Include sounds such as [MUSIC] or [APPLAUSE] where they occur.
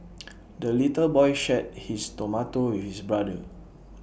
[NOISE] the little boy shared his tomato with his brother